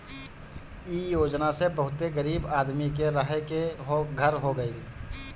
इ योजना से बहुते गरीब आदमी के रहे के घर हो गइल